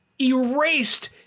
erased